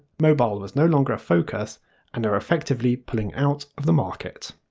mobile was no longer a focus and they were effectively pulling out of the market.